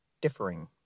differing